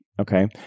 okay